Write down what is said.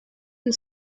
and